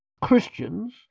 Christians